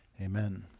Amen